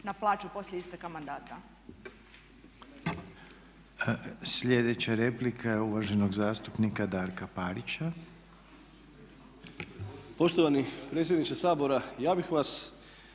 na plaću poslije isteka mandata?